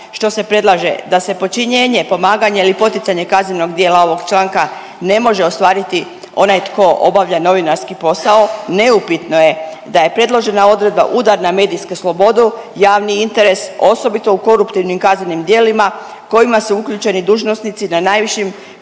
što se predlaže da se počinjenje, pomaganje ili poticanje kaznenog dijela ovog članka ne može ostvariti onaj tko obavlja novinarski posao neupitno je da je predložena odredba udar na medijsku slobodu, javni interes osobito u koruptivnim kaznenim djelima u kojima su uključeni dužnosnici na najvišim